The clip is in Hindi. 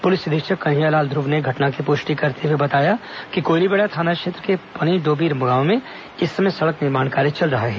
पुलिस अधीक्षक कन्हैयालाल ध्रुव ने घटना की पुष्टि करते हुए बताया कि कोयलीबेड़ा थाना क्षेत्र के पनीडोबीर गांव में इस समय सड़क निर्माण कार्य चल रहा है